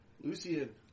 Lucian